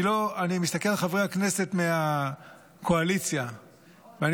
אני מסתכל על חברי הכנסת מהקואליציה ואני